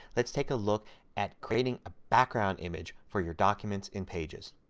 let's take a look at creating a background image for your documents in pages.